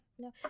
no